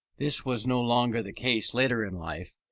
this was no longer the case later in life,